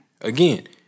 Again